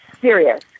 serious